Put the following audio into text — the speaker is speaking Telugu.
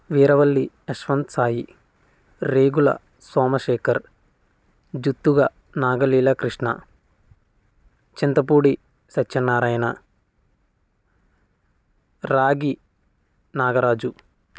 వీరవల్లి యశ్వంత్ సాయి రేగుల సోమశేఖర్ జుట్టుగా నాగ లీల కృష్ణ చింతపూడి సత్యనారాయణ రాగి నాగరాజు